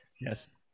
Yes